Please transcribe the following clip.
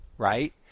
Right